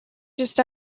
just